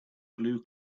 blue